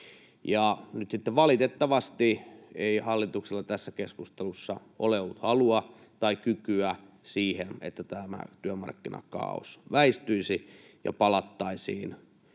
Nyt sitten valitettavasti ei hallituksella tässä keskustelussa ole ollut halua tai kykyä siihen, että tämä työmarkkinakaaos väistyisi ja palattaisiin